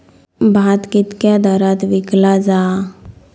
भात कित्क्या दरात विकला जा?